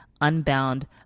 unbound